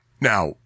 Now